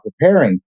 preparing